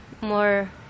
more